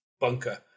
bunker